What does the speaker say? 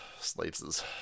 Slaves